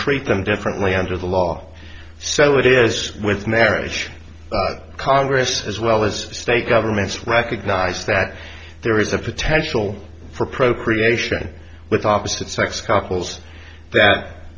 treat them differently under the law so it is with marriage congress as well as state governments recognize that there is a potential for procreation with opposite sex couples that